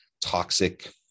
toxic